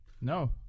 No